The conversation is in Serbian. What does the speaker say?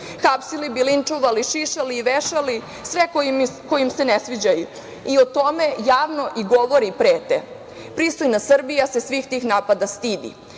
Hapsili bi, linčovali, šišali i vešali sve koji im se ne sviđaju i o tome javno i govore i prete. Pristojna Srbija se svih napada stidi.